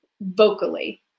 vocally